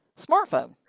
smartphone